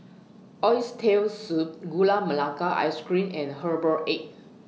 Oxtail Soup Gula Melaka Ice Cream and Herbal Egg